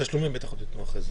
בתשלומים בטח עוד ייתנו אחרי זה.